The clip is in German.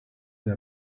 der